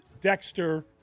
Dexter